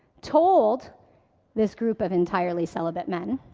told this group of entirely celibate men